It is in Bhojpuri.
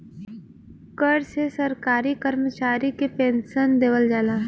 कर से सरकारी करमचारी के पेन्सन देवल जाला